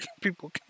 people